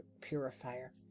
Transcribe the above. purifier